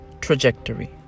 trajectory